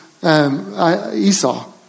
Esau